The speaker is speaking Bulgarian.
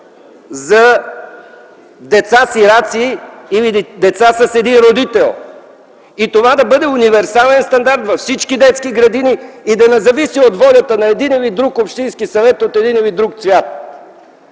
за децата сираци или децата с един родител. Това да бъде универсален стандарт във всички детски градини и да не зависи от волята на един или друг общински съвет от един или друг цвят.